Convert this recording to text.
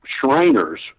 Shriners